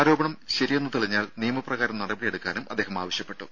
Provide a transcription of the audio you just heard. ആരോപണം ശരിയെന്ന് തെളിഞ്ഞാൽ നിയമപ്രകാരം നടപടിയെടുക്കാനും അദ്ദേഹം ആവശ്യപ്പെട്ടു